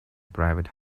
private